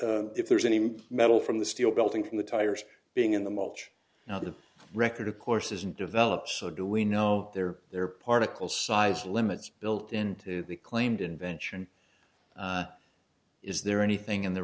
versus if there's any metal from the steel building from the tires being in the mulch now the record of course isn't developed so do we know they're there particle size limits built into the claimed invention is there anything in the